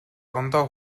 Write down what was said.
орондоо